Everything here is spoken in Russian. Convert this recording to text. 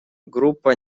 группа